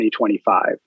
2025